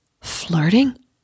flirting